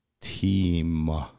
Team